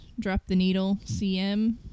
DropTheNeedleCM